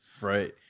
Right